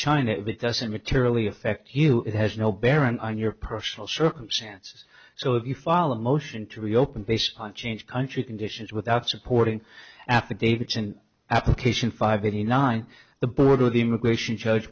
china doesn't materially affect you it has no bearing on your personal circumstances so if you follow a motion to reopen based on change country conditions without supporting affidavits and application five eighty nine the border the immigration judge